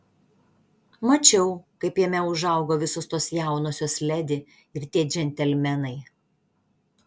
mačiau kaip jame užaugo visos tos jaunosios ledi ir tie džentelmenai